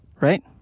right